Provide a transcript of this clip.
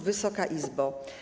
Wysoka Izbo!